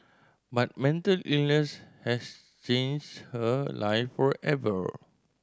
but mental illness has changed her life forever